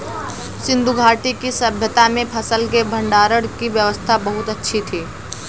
सिंधु घाटी की सभय्ता में फसल के भंडारण की व्यवस्था बहुत अच्छी थी